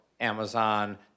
Amazon